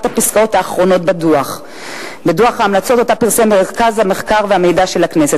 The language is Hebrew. הפסקאות האחרונות בדוח ההמלצות שפרסם מרכז המחקר והמידע של הכנסת.